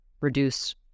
reduce